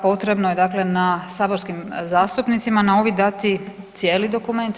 Potrebno je dakle na, saborskim zastupnicima na uvid dati cijeli dokument.